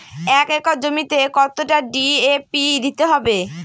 এক একর জমিতে কতটা ডি.এ.পি দিতে হবে?